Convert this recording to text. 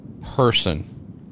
person